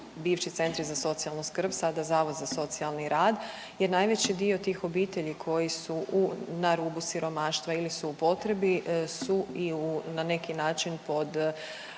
bivši centri za socijalnu skrb, sada Zavod za socijalni rad jer najveći dio tih obitelji koji su u, na rubu siromaštva ili su u potrebi su i u, na neki način pod